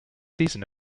season